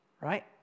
Right